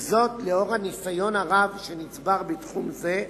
לאור הניסיון הרב שנצבר בתחום זה,